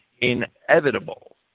inevitable